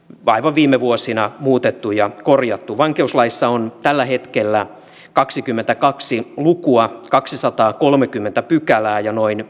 aivan viime vuosina muutettu ja korjattu vankeuslaissa on tällä hetkellä kaksikymmentäkaksi lukua kaksisataakolmekymmentä pykälää ja noin